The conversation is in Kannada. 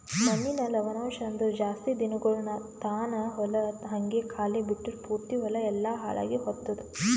ಮಣ್ಣಿನ ಲವಣಾಂಶ ಅಂದುರ್ ಜಾಸ್ತಿ ದಿನಗೊಳ್ ತಾನ ಹೊಲ ಹಂಗೆ ಖಾಲಿ ಬಿಟ್ಟುರ್ ಪೂರ್ತಿ ಹೊಲ ಎಲ್ಲಾ ಹಾಳಾಗಿ ಹೊತ್ತುದ್